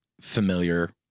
familiar